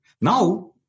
Now